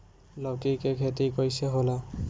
लौकी के खेती कइसे होला?